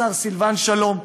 השר סילבן שלום,